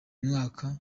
mwaka